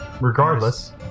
regardless